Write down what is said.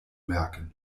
merken